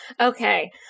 okay